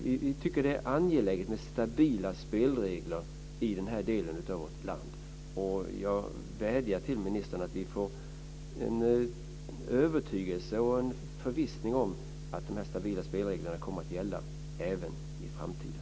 Vi tycker att det är angeläget med stabila spelregler i denna del av vårt land. Jag vädjar till ministern att vi får förvissning om att stabila spelregler kommer att gälla även i framtiden.